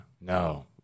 No